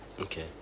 Okay